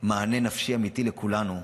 מענה נפשי אמיתי לכולנו,